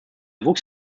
wuchs